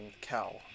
cow